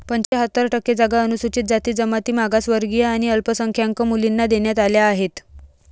पंच्याहत्तर टक्के जागा अनुसूचित जाती, जमाती, मागासवर्गीय आणि अल्पसंख्याक मुलींना देण्यात आल्या आहेत